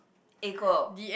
equal